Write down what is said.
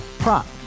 Prop